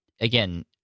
again